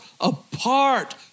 apart